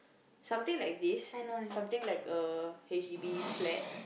something like this something like a h_d_b flat